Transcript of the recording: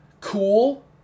cool